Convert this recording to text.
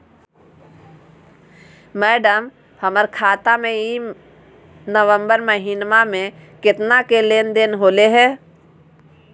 madam, हमर खाता में ई नवंबर महीनमा में केतना के लेन देन होले है